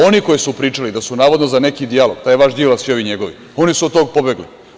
Oni koji su pričali da su navodno za neki dijalog, taj vaš Đilas i ovi njegovi, oni su od toga pobegli.